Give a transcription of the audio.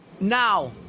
Now